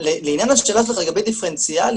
לעניין השאלה שלך לגבי דיפרנציאליות